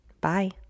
bye